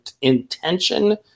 intention